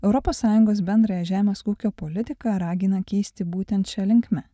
europos sąjungos bendrąją žemės ūkio politiką ragina keisti būtent šia linkme